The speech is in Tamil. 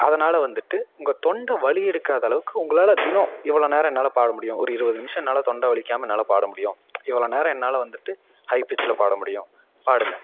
அதனால் வந்துட்டு உங்கள் தொண்டை வலி எடுக்காத அளவுக்கு உங்களால் தினம் இவ்வளோ நேரம் என்னால் பாட முடியும் ஒரு இருபது நிமிஷம் என்னால் தொண்டை வலிக்காமல் என்னால் பாட முடியும் இவ்வளோ நேரம் என்னால் வந்துட்டு ஹை பிச்சில் பாட முடியும் பாடுங்க